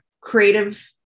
creative